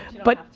but,